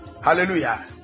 Hallelujah